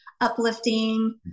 uplifting